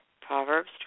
Proverbs